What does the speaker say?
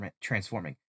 transforming